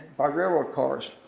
by railroad cars.